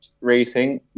racing